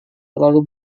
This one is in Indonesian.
terlalu